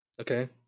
okay